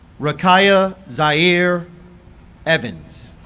rakayah zaire evans